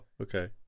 Okay